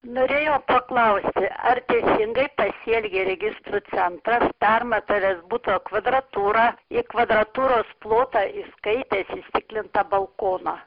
norėjau paklausti ar teisingai pasielgė registrų centras parmatavęs buto kvadratūrą į kvadratūros plotą įskaitęs įstiklintą balkoną